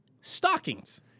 Stockings